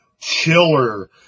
Chiller